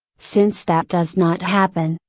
since that does not happen,